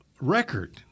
record